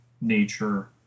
nature